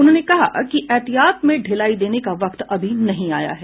उन्होंने कहा कि एहतियात में ढिलाई देने का वक्त अभी नहीं आया है